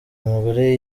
mugore